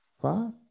five